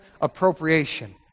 appropriation